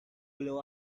below